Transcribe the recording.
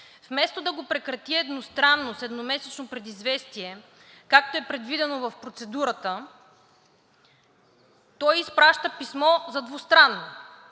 Вместо да го прекрати едностранно с едномесечно предизвестие, както е предвидено в процедурата, той изпраща писмо за двустранно.